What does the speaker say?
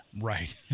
right